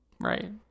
Right